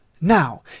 Now